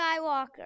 Skywalker